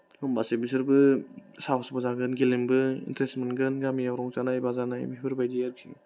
होमबासो बिसोरबो साहसबो जागोन गेलेनोबो इनत्रेस मोनगोन गामियाव रंजानाय बाजानाय बेफोरबायदि आरोखि